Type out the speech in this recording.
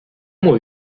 muy